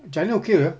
china okay ah